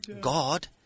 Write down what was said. God